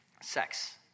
Sex